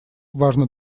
важно